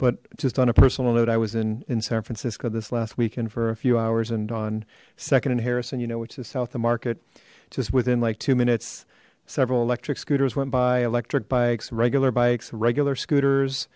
but just on a personal note i was in in san francisco this last weekend for a few hours and on second and harrison you know which is south to market just within like two minutes several electric scooters went by electric bikes regular bikes regular scooters